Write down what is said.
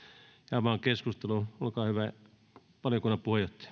avaan keskustelun olkaa hyvä valiokunnan puheenjohtaja